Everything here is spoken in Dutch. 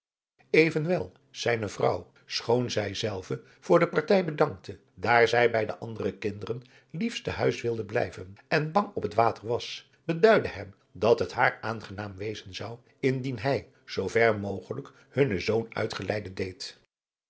evenwel zijne vrouw schoon zij zelve voor de adriaan loosjes pzn het leven van johannes wouter blommesteyn partij bedankte daar zij bij de andere kinderen liefst te huis wilde blijven en bang op het water was beduidde hem dat het haar aangenaam wezen zou indien hij zoo ver mogelijk hunnen zoon uitgeleide deed